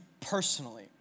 personally